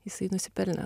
jisai nusipelnė